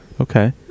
Okay